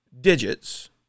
digits